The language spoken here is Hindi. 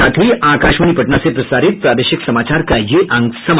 इसके साथ ही आकाशवाणी पटना से प्रसारित प्रादेशिक समाचार का ये अंक समाप्त हुआ